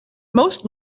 most